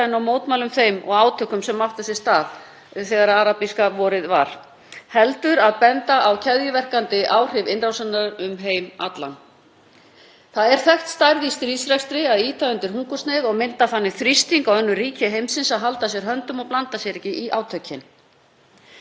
Það er þekkt stærð í stríðsrekstri að ýta undir hungursneyð og mynda þannig þrýsting á önnur ríki heimsins að halda að sér höndum og blanda sér ekki í átökin. Eins og hæstv. forsætisráðherra kom inn á í ræðu sinni hér áðan eru Úkraína og Rússland leiðandi framleiðendur á korni í heiminum auk annarrar framleiðslu.